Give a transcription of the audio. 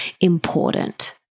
important